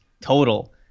total